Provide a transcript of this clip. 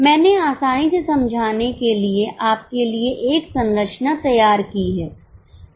मैंने आसानी से समझने के लिए आपके लिए एक संरचना तैयार की है